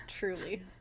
Truly